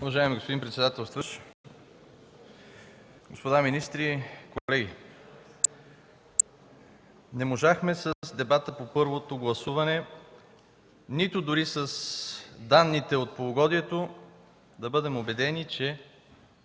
Уважаеми господин председател, господа министри, колеги! Не можахме с дебата по първото гласуване, нито дори с данните от полугодието да бъдем убедени, че